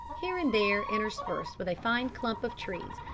here and there interspersed with a fine clump of trees,